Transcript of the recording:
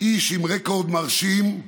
איש עם רקורד מרשים,